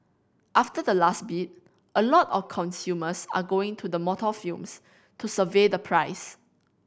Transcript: after the last bid a lot of consumers are going to the motor films to survey the price